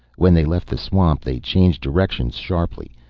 when they left the swamp they changed directions sharply.